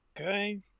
Okay